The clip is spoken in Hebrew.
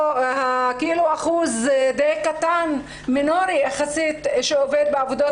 אחוז די קטן ומינורי יחסית עובד בעבודות